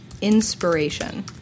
Inspiration